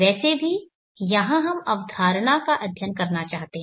वैसे भी यहां हम अवधारणा का अध्ययन करना चाहते हैं